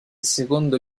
secondo